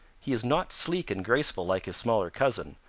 he is not sleek and graceful like his smaller cousin,